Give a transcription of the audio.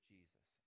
Jesus